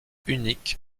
unique